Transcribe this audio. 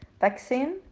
vaccine